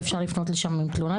ואפשר לפנות לשם עם תלונה,